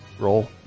roll